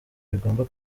bigomba